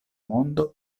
mondo